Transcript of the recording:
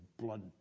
blood